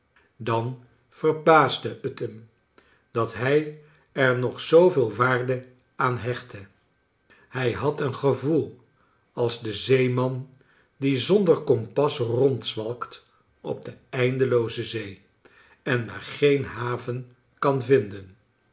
dan verbaasde t hem dat hij er nog zooveel waarde aan hechtte hij had een gevoel als de zeeman die zonder kompas rondzwalkt op de eindelooze zee en maar geen haven kan vinden